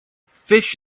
fish